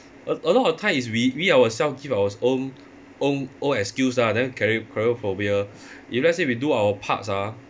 a a lot of time is we we ourselves give our own own own excuse lah then carry carry phobia if let's say we do our parts ah